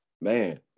man